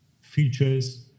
features